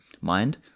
mind